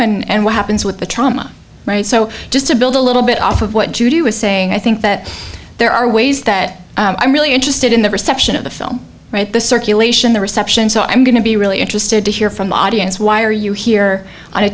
continue and what happens with the trauma so just to build a little bit off of what judy was saying i think that there are ways that i'm really interested in the perception of the film right the circulation the reception so i'm going to be really interested to hear from the audience why are you here